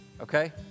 Okay